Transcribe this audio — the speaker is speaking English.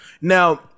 Now